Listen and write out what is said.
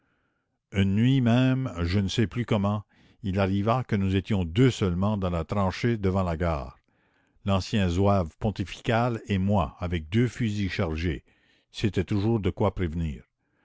une nuit même je ne sais plus comment il arriva que nous étions deux seulement dans la tranchée devant la gare l'ancien zouave pontifical et moi avec deux fusils chargés c'était toujours de quoi prévenir